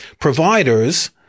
providers